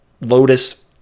lotus